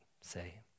say